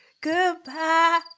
Goodbye